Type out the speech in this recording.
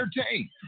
entertain